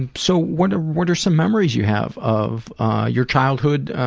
and so what what are some memories you have of your childhood,